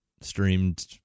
streamed